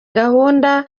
gahunda